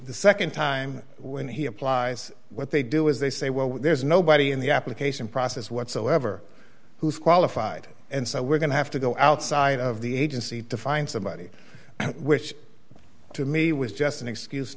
the nd time when he applies what they do is they say well there's nobody in the application process whatsoever who's qualified and so we're going to have to go outside of the agency to find somebody which to me was just an excuse